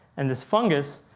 and this fungus,